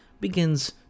begins